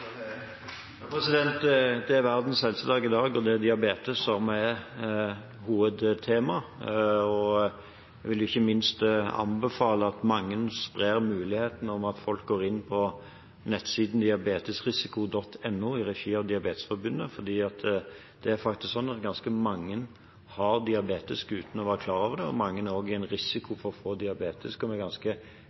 Det er Verdens helsedag i dag, og det er diabetes som er hovedtema. Jeg vil ikke minst anbefale at mange sprer muligheten om at folk kan gå inn på nettsiden diabetesrisiko.no, i regi av Diabetesforbundet, for det er faktisk sånn at ganske mange har diabetes uten å være klar over det, og mange er også i en risiko for å få diabetes og kan med ganske